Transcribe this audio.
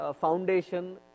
foundation